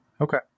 Okay